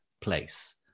place